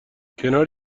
کنار